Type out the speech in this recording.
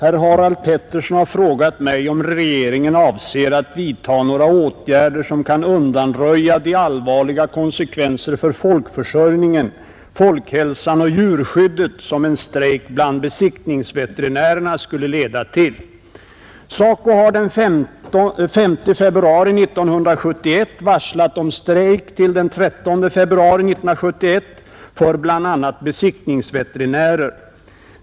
Fru talman! Herr Pettersson i Kvänum har frågat mig om regeringen avser att vidta några åtgärder som kan undanröja de allvarliga konsekvenser för folkförsörjningen, folkhälsan och djurskyddet som en strejk bland besiktningsveterinärerna skulle leda till. SACO har den 5 februari 1971 varslat om strejk till den 13 februari 1971 för bl.a. besiktningsveterinärer.